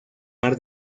mar